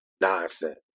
nonsense